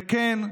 וכן,